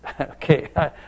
okay